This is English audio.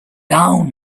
down